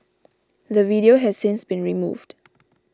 the video has since been removed